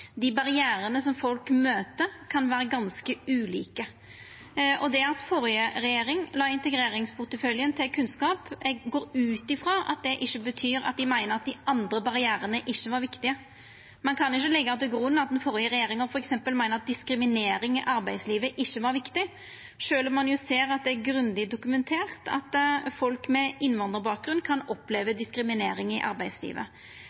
Dei barrierane som folk møter, kan vera ganske ulike. Det at førre regjering la integreringsporteføljen til kunnskapsområdet, går eg ut frå ikkje betyr at dei meiner at dei andre barrierane ikkje er viktige. Ein kan ikkje leggja til grunn at den førre regjeringa f.eks. meiner at diskriminering i arbeidslivet ikkje er viktig, sjølv om ein jo ser at det er grundig dokumentert at folk med innvandrarbakgrunn kan oppleva diskriminering i arbeidslivet.